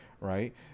right